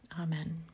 Amen